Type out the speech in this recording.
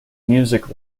music